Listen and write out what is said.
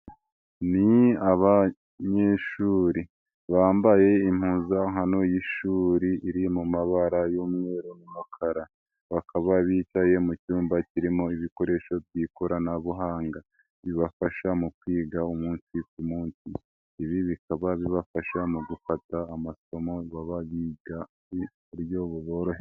Ni abanyeshuri bambaye impuzakano y'ishuri iri mu mabara y'umweru n'umukara bakaba bitaye mu cyumba kirimo ibikoresho by'ikoranabuhanga bibafasha mu kwiga umunsi ku munsi, ibi bikaba bibafasha mu gufata amasomo baba biga mu buryo buboroheye.